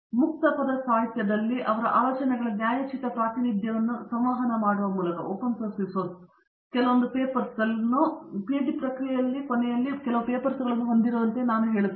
ಮುಕ್ತ ಪದ ಸಾಹಿತ್ಯದಲ್ಲಿ ಅವರ ಆಲೋಚನೆಗಳ ನ್ಯಾಯೋಚಿತ ಪ್ರಾತಿನಿಧ್ಯವನ್ನು ಸಂವಹನ ಮಾಡುವ ಮೂಲಕ ಕೆಲವೊಂದು ಪೇಪರ್ಸ್ ಪಿಎಚ್ಡಿ ಕೊನೆಯಲ್ಲಿ ಕೆಲವು ಪೇಪರ್ಗಳನ್ನು ಹೊಂದಿರುವಂತೆ ಇರಬೇಕು